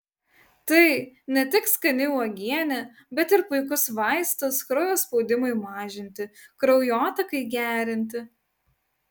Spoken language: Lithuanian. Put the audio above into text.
tai ne tik skani uogienė bet ir puikus vaistas kraujo spaudimui mažinti kraujotakai gerinti